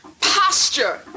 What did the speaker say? posture